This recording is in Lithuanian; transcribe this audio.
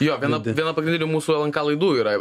jo viena viena pagrindinių mūsų lnk laidų yra ir